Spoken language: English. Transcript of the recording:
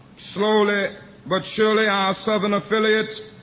slowly but surely, our southern affiliates